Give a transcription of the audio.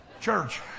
church